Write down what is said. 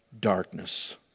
darkness